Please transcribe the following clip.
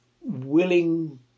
willing